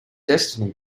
destiny